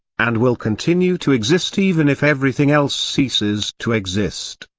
and will continue to exist even if everything else ceases to exist.